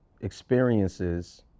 experiences